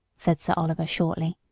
said sir oliver shortly,